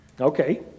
Okay